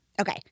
Okay